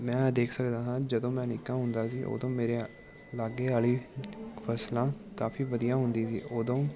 ਮੈ ਦੇਖ ਸਕਦਾ ਹਾਂ ਜਦੋਂ ਮੈਂ ਨਿੱਕਾ ਹੁੰਦਾ ਸੀ ਉਦੋਂ ਮੇਰੇ ਲਾਗੇ ਵਾਲੀ ਫ਼ਸਲਾਂ ਕਾਫੀ ਵਧੀਆ ਹੁੰਦੀ ਸੀ ਉਦੋਂ